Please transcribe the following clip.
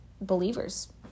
believers